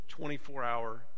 24-hour